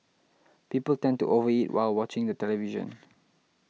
people tend to over eat while watching the television